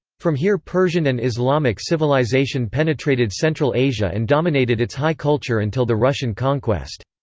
from here persian and islamic civilization penetrated central asia and dominated its high culture until the russian conquest.